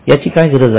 याची काय गरज आहे